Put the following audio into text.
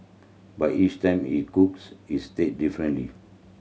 but each time he cooks is differently